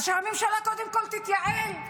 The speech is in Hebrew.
אז שהממשלה קודם כול תתייעל,